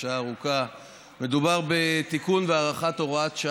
ארבעה מתנגדים, אין נמנעים.